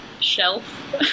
shelf